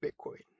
Bitcoin